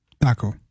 taco